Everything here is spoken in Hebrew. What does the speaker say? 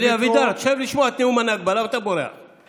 אני לא יודע אם